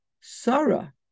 Sarah